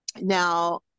Now